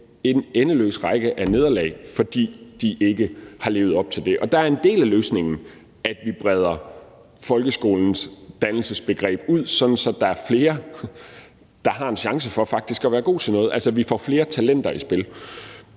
en endeløs række af nederlag bag sig, fordi de ikke har levet op til det. Og der er en del af løsningen, at vi breder folkeskolens dannelsesbegreb ud, sådan at der er flere, der har en chance for faktisk at være gode til noget, altså så vi får flere talenter i spil.